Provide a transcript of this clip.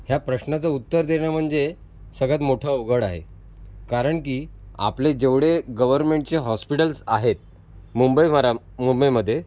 ह्या प्रश्नाचं उत्तर देणं म्हणजे सगळ्यात मोठं अवघड आहे कारण की आपले जेवढे गव्हरमेंटचे हॉस्पिटल्स आहेत मुंबईवरन् मुंबईमध्ये